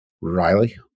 Riley